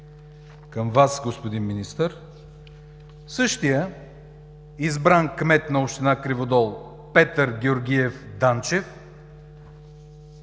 към Вас, господин Министър, същият избран кмет на община Криводол Петър Георгиев Данчев